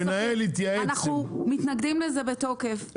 אנחנו מתנגדים לזה בתוקף.